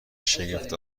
شگفت